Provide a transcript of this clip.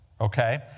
Okay